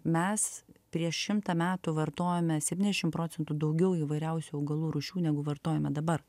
mes prieš šimtą metų vartojome septyniasdešim procentų daugiau įvairiausių augalų rūšių negu vartojame dabar